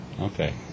Okay